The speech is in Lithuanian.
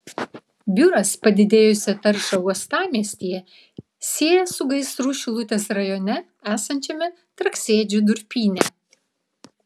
biuras padidėjusią taršą uostamiestyje sieja su gaisru šilutės rajone esančiame traksėdžių durpyne